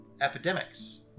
epidemics